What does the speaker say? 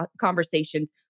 conversations